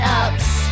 ups